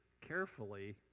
carefully